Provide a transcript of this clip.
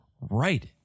Right